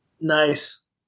nice